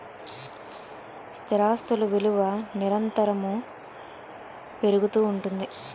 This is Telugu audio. స్థిరాస్తులు విలువ నిరంతరము పెరుగుతూ ఉంటుంది